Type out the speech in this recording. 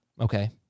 Okay